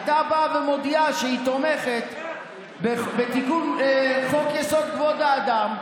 היא הייתה באה ומודיעה שהיא תומכת בתיקון חוק-יסוד: כבוד האדם,